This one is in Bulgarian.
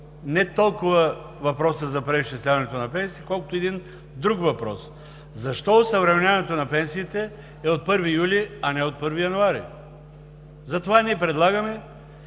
не толкова въпросът за преизчисляването на пенсиите, колкото един друг въпрос – защо осъвременяването на пенсиите е от 1 юли, а не от 1 януари? Затова ние предлагаме